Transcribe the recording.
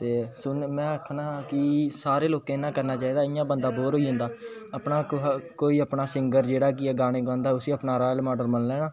ते में आक्खना कि सारे लोके ने करना चाहिदा इयां बंदा बोर होई जंदा अपना इक कोई अपना सिंगर जेहड़ा कि गाने गांदा होऐ उसी अपना रोल माॅडल मन्नी लेना